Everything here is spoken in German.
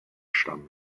stammen